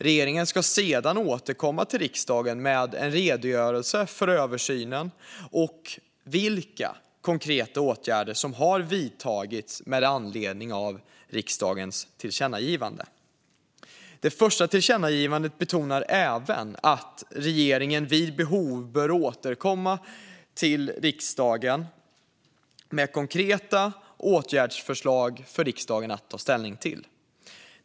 Regeringen ska sedan återkomma till riksdagen med en redogörelse för översynen och vilka konkreta åtgärder som har vidtagits med anledning av riksdagens tillkännagivande. Det första tillkännagivandet betonar även att regeringen vid behov bör återkomma med konkreta åtgärdsförslag för riksdagen att ta ställning till.